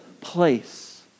place